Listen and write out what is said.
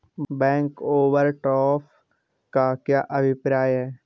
Bank overdraft का क्या अभिप्राय है?